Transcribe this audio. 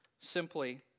simply